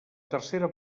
tercera